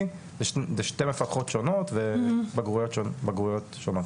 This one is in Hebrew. זה שתי מפקחות שונות ובגרויות שונות.